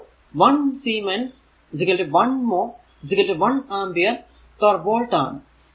അപ്പോൾ 1 siemens 1 mho 1 ampere per volt ആണ്